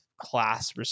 class